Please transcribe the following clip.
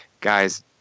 guys